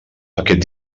aquest